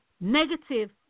negative